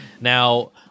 Now